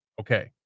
Okay